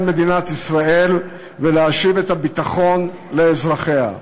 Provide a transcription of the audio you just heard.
מדינת ישראל ולהשיב את הביטחון לאזרחיה.